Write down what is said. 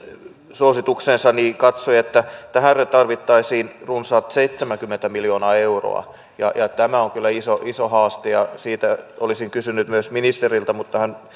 suosituksensa katsoi että tähän tarvittaisiin runsaat seitsemänkymmentä miljoonaa euroa tämä on kyllä iso iso haaste ja siitä olisin kysynyt myös ministeriltä mutta hän